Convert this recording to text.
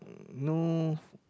no